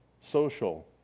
social